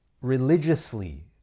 religiously